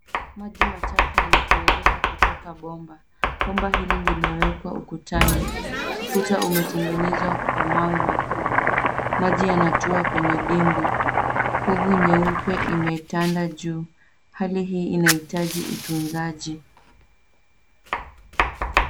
Maji machafu yanatiririka kutoka bomba. Bomba hili limewekwa ukutani. Ukuta umetengenezwa kwa mawe makubwa. Maji yanatua kwenye dimbwi. Povu nyeupe imetanda juu. Hali hii inahitaji utunzaji.